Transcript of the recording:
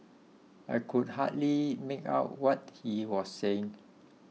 I could hardly make out what he was saying